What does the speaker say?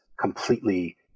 completely